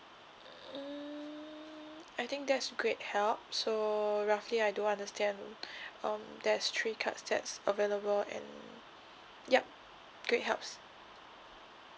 mm I think that's great help so roughly I do understand um there's three cards that's available and yup great helps